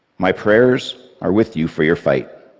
my prayers are with you for your fight.